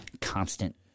constant